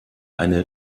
eine